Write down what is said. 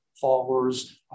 followers